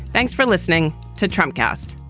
thanks for listening to trump cast